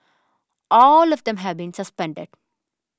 all of them have been suspended